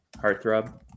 heartthrob